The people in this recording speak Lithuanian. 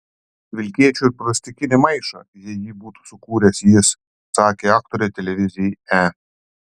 vilkėčiau ir plastikinį maišą jei jį būtų sukūręs jis sakė aktorė televizijai e